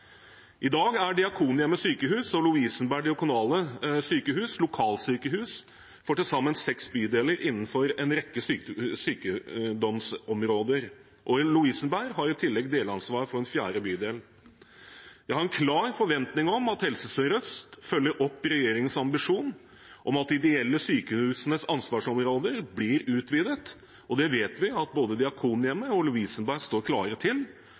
I dag er Diakonhjemmet Sykehus og Lovisenberg Diakonale Sykehus lokalsykehus for til sammen seks bydeler innenfor en rekke sykdomsområder. Lovisenberg har i tillegg delansvar for en fjerde bydel. Jeg har en klar forventning om at Helse Sør-Øst følger opp regjeringens ambisjon om at de ideelle sykehusenes ansvarsområder blir utvidet, og det vet vi at både Diakonhjemmet og Lovisenberg står klare til.